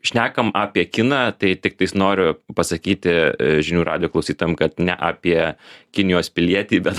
šnekam apie kiną tai tiktais noriu pasakyti žinių radijo klausytojam kad ne apie kinijos pilietį bet